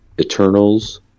Eternals